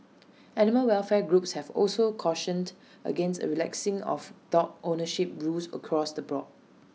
animal welfare groups have also cautioned against A relaxing of dog ownership rules across the board